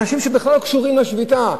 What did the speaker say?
אנשים שבכלל לא קשורים לשביתה.